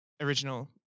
original